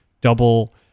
double